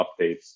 updates